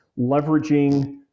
leveraging